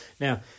Now